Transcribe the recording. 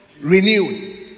renewed